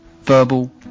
verbal